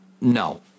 no